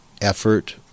Effort